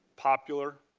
popular